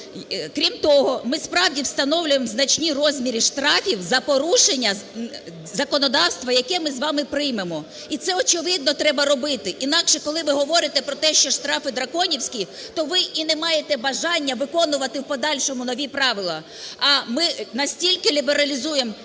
Крім того, ми справді встановлюємо значні розміри штрафів за порушення законодавства, яке ми з вами приймемо. І це, очевидно, треба робити, інакше, коли ви говорите про те, що штрафи драконівські, то ви і не маєте бажання виконувати в подальшому нові правила. А ми настільки лібералізуємо